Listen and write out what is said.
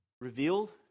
revealed